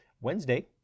Wednesday